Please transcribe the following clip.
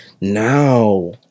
now